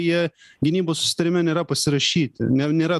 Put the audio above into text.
jie gynybos susitarime nėra pasirašyti nėra